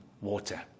water